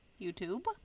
YouTube